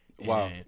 Wow